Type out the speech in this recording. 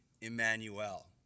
Emmanuel